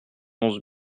onze